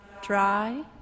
dry